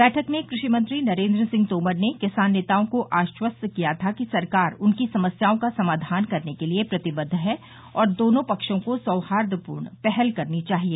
बैठक में कृषि मंत्री नरेन्द्र सिंह तोमर ने किसान नेताओं को आश्वस्त किया था कि सरकार उनकी समस्याओं का समाधान करने के लिए प्रतिबद्व है और दोनों पक्षों को सौहार्दपूर्ण पहल करनी चाहिए